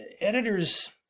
editors